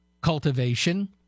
cultivation